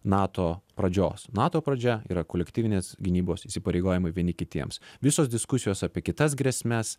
nato pradžios nato pradžia yra kolektyvinės gynybos įsipareigojimai vieni kitiems visos diskusijos apie kitas grėsmes